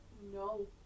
no